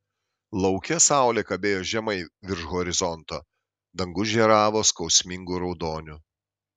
lauke saulė kabėjo žemai virš horizonto dangus žėravo skausmingu raudoniu